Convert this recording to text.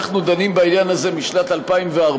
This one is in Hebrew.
אנחנו דנים בעניין הזה משנת 2014,